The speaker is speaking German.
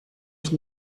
ich